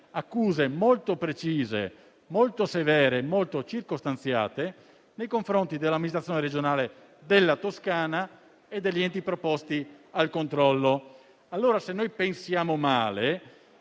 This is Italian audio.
accuse molto precise, severe e circostanziate nei confronti dell'amministrazione regionale della Toscana e degli enti preposti al controllo. Se siamo noi a pensare male,